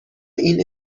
این